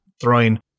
throwing